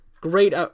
great